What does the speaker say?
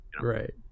Right